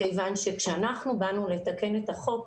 כיוון שכאשר אנחנו באנו לתקן את החוק,